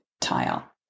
tile